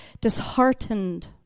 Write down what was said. disheartened